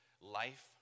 life